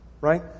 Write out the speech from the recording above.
right